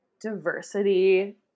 Diversity